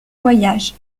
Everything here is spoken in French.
voyage